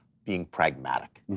being pragmatic.